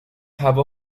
هوا